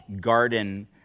Garden